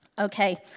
Okay